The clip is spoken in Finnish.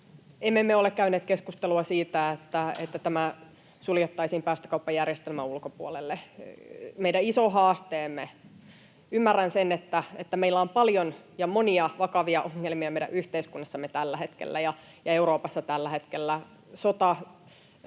me ole käyneet keskustelua siitä, että tämä suljettaisiin päästökauppajärjestelmän ulkopuolelle. Ymmärrän, että meillä on paljon ja monia vakavia ongelmia meidän yhteiskunnassamme tällä hetkellä ja Euroopassa tällä hetkellä